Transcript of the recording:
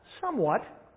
somewhat